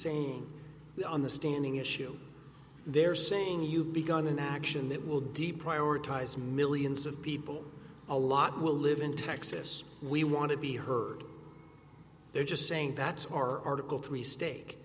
saying on the standing issue they're saying you've begun an action that will de prioritize millions of people a lot will live in texas we want to be heard they're just saying that's our article three st